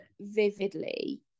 vividly